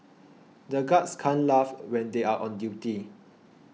the guards can't laugh when they are on duty